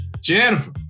Jennifer